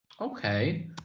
Okay